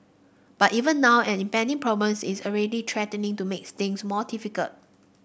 but even now an impending problem is already threatening to make things more difficult